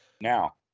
Now